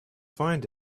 find